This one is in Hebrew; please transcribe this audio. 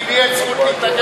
כי לי אין זכות להתנגד.